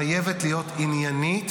חייבת להיות עניינית,